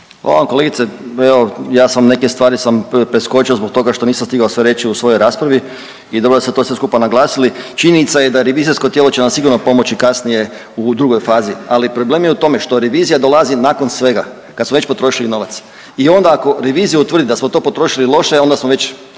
Hvala vam kolegice, evo ja sam neke stvari sam preskočio zbog toga što nisam stigao sve reći u svojoj raspravi i dobro da ste to sve skupa naglasili. Činjenica je da revizorsko tijelo će nam sigurno pomoći kasnije u drugoj fazi, ali problem je u tom što revizija dolazi nakon svega kad smo već potrošili novac. I onda ako revizija utvrdi da smo to potrošili loše onda smo već